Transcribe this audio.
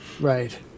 right